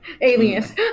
Aliens